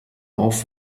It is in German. auf